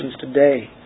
today